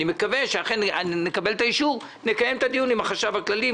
אני מקווה שנקבל את האישור ונקיים את הדיון עם החשב הכללי,